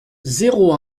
zéro